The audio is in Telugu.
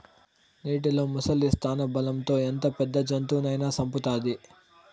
నీటిలో ముసలి స్థానబలం తో ఎంత పెద్ద జంతువునైనా సంపుతాది